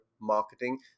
marketing